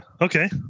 okay